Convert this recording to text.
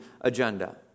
agenda